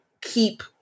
keep